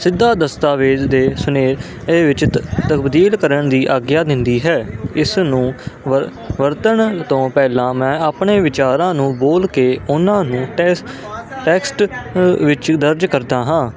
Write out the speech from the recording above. ਸਿੱਧਾ ਦਸਤਾਵੇਜ਼ ਦੇ ਸੁਨੇਹੇ ਵਿੱਚ ਤਬਦੀਲ ਕਰਨ ਦੀ ਆਗਿਆ ਦਿੰਦੀ ਹੈ ਇਸ ਨੂੰ ਵ ਵਰਤਣ ਤੋਂ ਪਹਿਲਾਂ ਮੈਂ ਆਪਣੇ ਵਿਚਾਰਾਂ ਨੂੰ ਬੋਲ ਕੇ ਉਹਨਾਂ ਨੂੰ ਟੈਸ ਟੈਕਸਟ ਵਿੱਚ ਦਰਜ ਕਰਦਾ ਹਾਂ